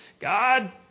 God